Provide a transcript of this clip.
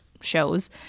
shows